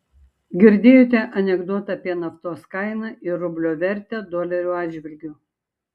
girdėjote anekdotą apie naftos kainą ir rublio vertę dolerio atžvilgiu